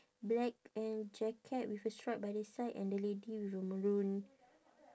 black and jacket with a stripe by the side and the lady with the maroon